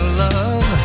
love